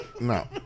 No